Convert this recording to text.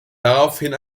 daraufhin